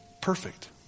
perfect